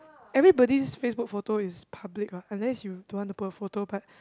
everybody's Facebook photo is public what unless you don't want to put a photo but